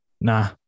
nah